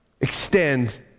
extend